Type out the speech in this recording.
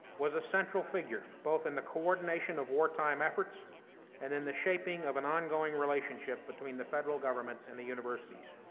was a central figure both in the coordination of wartime efforts and in the shaping of an ongoing relationship between the federal government and the universities.